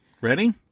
Ready